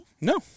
No